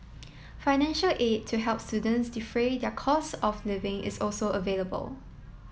financial aid to help students defray their costs of living is also available